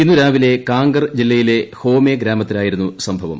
ഇന്ന് രാവിലെ കാങ്കർ ജില്ലയിൽ ഹോമേ ഗ്രാമത്തിലായിരുന്നു സംഭവം